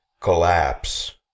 collapse